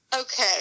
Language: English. Okay